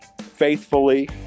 faithfully